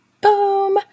boom